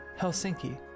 Helsinki